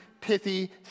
Pithy